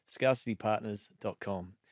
scarcitypartners.com